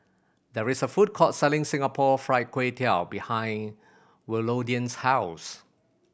there is a food court selling Singapore Fried Kway Tiao behind Willodean's house